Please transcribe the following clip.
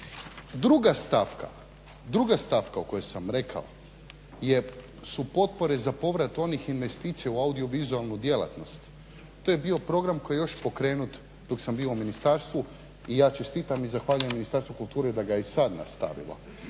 neformalno. Druga stavka o kojoj sam rekao su potpore za povrat onih investicija u audio-vizualnu djelatnost. To je bio program koji je još pokrenut dok sam bio u ministarstvu. I ja čestitam i zahvaljujem Ministarstvu kulture da ga je i sad nastavilo.